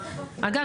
אגב,